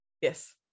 Yes